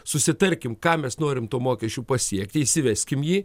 susitarkim ką mes norim tuo mokesčiu pasiekti įsiveskim jį